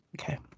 Okay